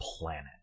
planet